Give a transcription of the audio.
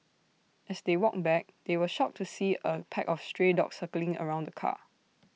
as they walked back they were shocked to see A pack of stray dogs circling around the car